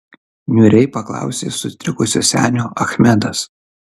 niūriai paklausė sutrikusio senio achmedas